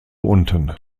unten